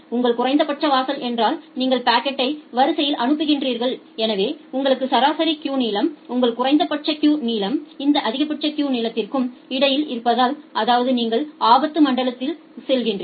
உங்கள் குறைந்தபட்ச வாசல் என்றால் நீங்கள் பாக்கெட்டையை வரிசையில் அனுப்புகிறீர்கள் எனவே உங்கள் சராசரி கியூ நீளம் உங்கள் குறைந்தபட்ச கியூ நீளம் இந்த அதிகபட்ச கியூ நீளத்திற்கும் இடையில் இருந்தால் அதாவது நீங்கள் ஆபத்து மண்டலத்திற்கு செல்கிறீர்கள்